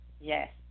Yes